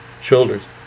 shoulders